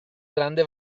grande